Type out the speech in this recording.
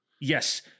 Yes